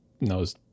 knows